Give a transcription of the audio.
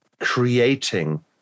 creating